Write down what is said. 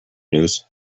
news